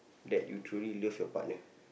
that you truly love your partner